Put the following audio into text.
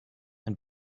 and